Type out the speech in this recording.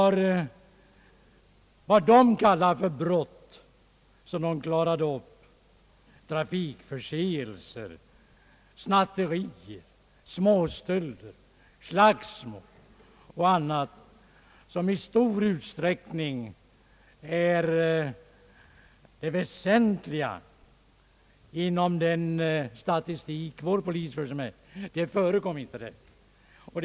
Vad de kallade för brott och som de enligt sin statistik i stor utsträckning klarade upp var inte trafikförseelser, snatterier, småstölder, slagsmål och annat som i stor utsträckning belastar vår statistik. Mycket av de brott och förseelser som är det väsentliga inom den statistik vår polis för förekom inte där.